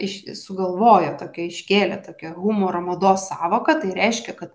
iš sugalvojo tokią iškėlė tokią humoro mados sąvoka tai reiškia kad